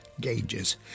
gauges